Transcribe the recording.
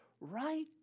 right